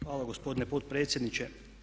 Hvala gospodine potpredsjedniče.